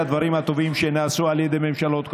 הדברים הטובים שנעשו על ידי ממשלות קודמות,